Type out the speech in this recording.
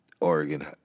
Oregon